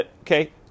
Okay